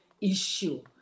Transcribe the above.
issue